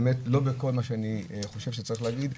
לא בכל מה שאני חושב שצריך להגיד.